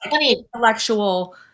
intellectual